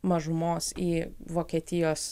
mažumos į vokietijos